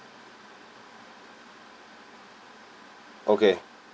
okay